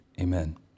amen